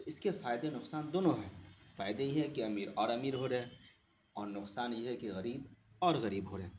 اس کے فائدے نقصان دونوں ہیں فائدے یہ ہیں کہ امیر اور امیر ہو رہے ہیں اور نقصان یہ ہے کہ غریب اور غریب ہو رہے ہیں